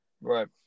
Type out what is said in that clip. Right